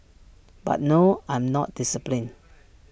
but no I'm not disciplined